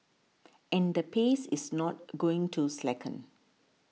and the pace is not going to slacken